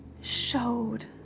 showed